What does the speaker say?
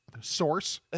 Source